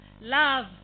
Love